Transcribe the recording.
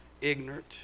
ignorant